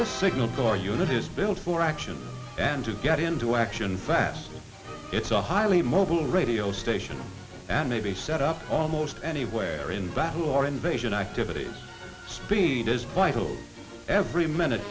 the signal corps unit is built for action and to get into action fast it's a highly mobile radio station that may be set up almost anywhere in battle or invasion activities speed is quite old every minute